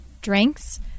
drinks